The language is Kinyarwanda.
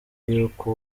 y’uko